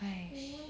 !hais!